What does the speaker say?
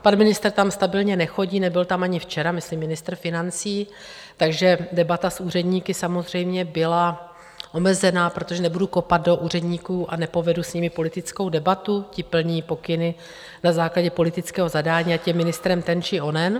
Pan ministr tam stabilně nechodí, nebyl tam ani včera, myslím ministr financí, takže debata s úředníky samozřejmě byla omezena, protože nebudu kopat do úředníků a nepovedu s nimi politickou debatu, ti plní pokyny na základě politického zadání, ať je ministrem ten či onen.